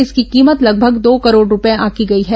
इसकी कीमत लगभग दो करोड रूपये आंकी गई है